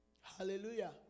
Hallelujah